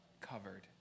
covered